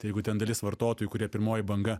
jeigu ten dalis vartotojų kurie pirmoji banga